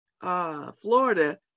Florida